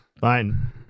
Fine